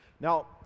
Now